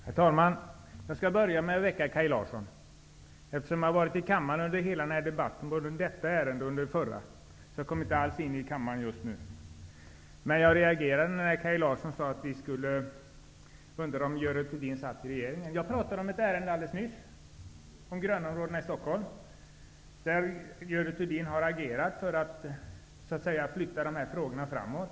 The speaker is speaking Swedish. Herr talman! Jag skall börja med att väcka Kaj Larsson. Jag har varit i kammaren under hela den här debatten och även under behandlingen av förra ärendet, så jag kom inte alls in i kammaren just nu. Jag reagerade när Kaj Larsson undrade om Görel Thurdin satt i regeringen. Jag pratade alldeles nyss om ett ärende -- det gällde grönområdena i Stockholm -- där Görel Thurdin har agerat för att så att säga flytta frågorna framåt.